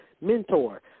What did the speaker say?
mentor